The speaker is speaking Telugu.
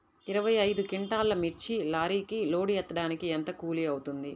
ఇరవై ఐదు క్వింటాల్లు మిర్చి లారీకి లోడ్ ఎత్తడానికి ఎంత కూలి అవుతుంది?